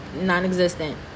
non-existent